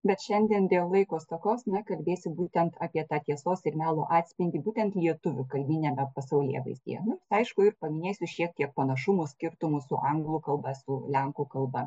bet šiandien dėl laiko stokos na kalbėsiu būtent apie tą tiesos ir melo atspindį būtent lietuvių kalbiniame pasaulėvaizdyje aišku ir paminėsiu šiek tiek panašumų skirtumų su anglų kalba su lenkų kalba